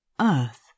earth